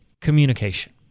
Communication